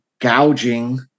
gouging